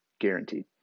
guaranteed